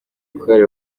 korali